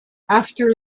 after